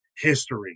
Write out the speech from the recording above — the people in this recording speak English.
history